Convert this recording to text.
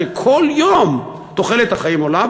שכל יום תוחלת החיים עולה,